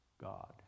God